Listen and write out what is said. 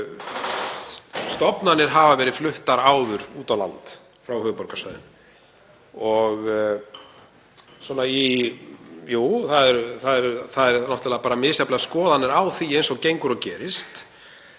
Stofnanir hafa verið fluttar áður út á land frá höfuðborgarsvæðinu. Jú, það eru náttúrlega bara misjafnar skoðanir á því eins og gengur og gerist